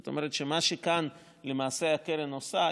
זאת אומרת שמה שהקרן עושה,